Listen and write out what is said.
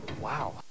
Wow